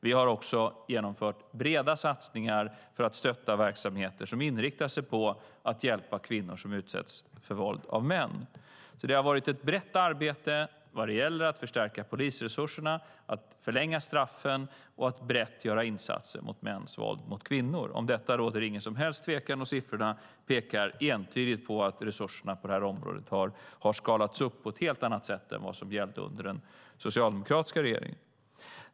Vi har också genomfört breda satsningar för att stötta verksamheter som inriktar sig på att hjälpa kvinnor som utsätts för våld av män. Det har varit ett brett arbete vad det gäller att förstärka polisresurserna, att förlänga straffen och att brett göra insatser mot mäns våld mot kvinnor. Om detta råder ingen som helst tvekan, och siffrorna pekar entydigt på att resurserna på det här området har skalats upp på ett helt annat sätt än vad som gällde under den socialdemokratiska regeringen.